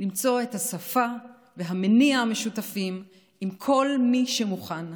למצוא את השפה ואת המניע המשותפים עם כל מי שמוכן,